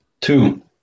Two